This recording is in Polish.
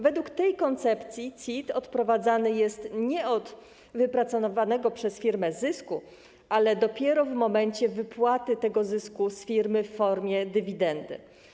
Według tej koncepcji CIT odprowadzany jest nie od wypracowanego przez firmę zysku, ale dopiero w momencie wypłaty tego zysku z firmy w formie dywidendy.